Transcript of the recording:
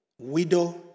widow